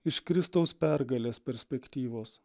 iš kristaus pergalės perspektyvos